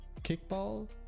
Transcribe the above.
kickball